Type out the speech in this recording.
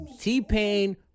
T-Pain